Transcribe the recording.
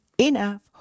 enough